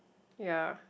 ya